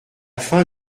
fin